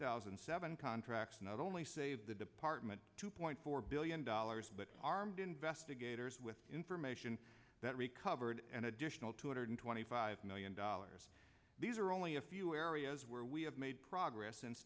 thousand and seven contracts not only save the department two point four billion dollars but armed investigators with information that recovered an additional two hundred twenty five million dollars these are only a few areas where we have made progress since